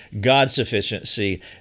God-sufficiency